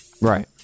Right